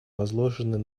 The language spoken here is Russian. возложенные